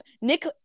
Nick